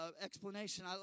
explanation